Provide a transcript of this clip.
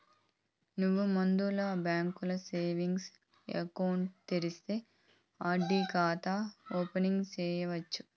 నువ్వు ముందల బాంకీల సేవింగ్స్ ఎకౌంటు తెరిస్తే ఆర్.డి కాతా ఓపెనింగ్ సేయచ్చు